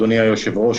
אדוני היושב-ראש,